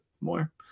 more